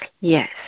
Yes